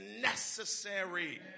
necessary